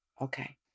Okay